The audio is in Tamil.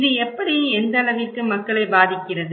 இது எப்படி எந்த அளவிற்கு மக்களை பாதிக்கிறது